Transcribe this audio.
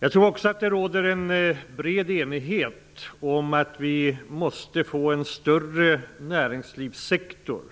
Jag tror också att det råder en bred enighet om att vi måste få en större näringslivssektor.